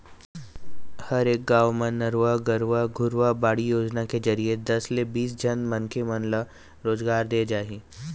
हरेक गाँव म नरूवा, गरूवा, घुरूवा, बाड़ी योजना के जरिए दस ले बीस झन मनखे मन ल रोजगार देय जाही